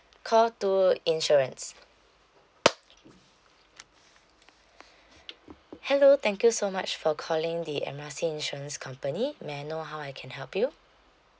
call two insurance hello thank you so much for calling the M R C insurance company may I know how I can help you